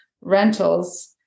rentals